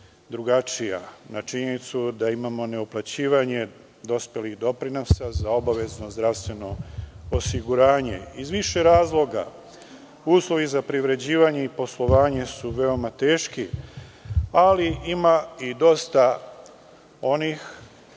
drugačija na činjenicu da imamo neuplaćivanje dospelih doprinosa za obavezno zdravstveno osiguranje, iz više razloga. Uslovi za privređivanje i poslovanje su veoma teški, ali ima i dosta onih